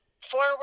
forward